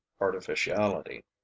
artificiality